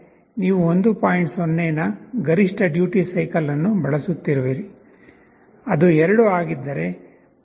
0 ನ ಗರಿಷ್ಠ duty cycle ಅನ್ನು ಬಳಸುತ್ತಿರುವಿರಿ ಅದು 2 ಆಗಿದ್ದರೆ 0